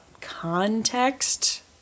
context